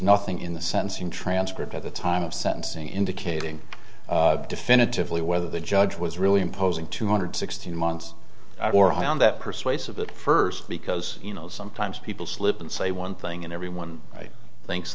nothing in the sentencing transcript at the time of sentencing indicating definitively whether the judge was really imposing two hundred sixteen months or high on that persuasive at first because you know sometimes people slip and say one thing and everyone thinks